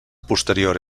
posterior